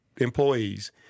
employees